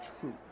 truth